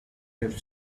have